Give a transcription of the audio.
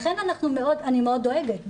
לכן אני מאוד דואגת,